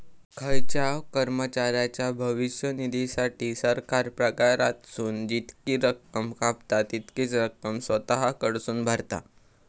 खायच्याव कर्मचाऱ्याच्या भविष्य निधीसाठी, सरकार पगारातसून जितकी रक्कम कापता, तितकीच रक्कम स्वतः कडसून भरता